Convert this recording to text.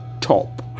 top